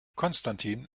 konstantin